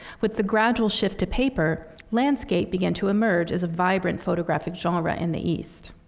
with the gradual shift to paper, landscape began to emerge as a vibrant photographic genre in the east.